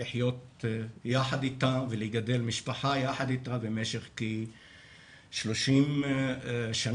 לחיות ביחד איתה ולגדל משפחה יחד איתה במשך כ-30 שנה,